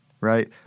right